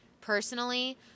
personally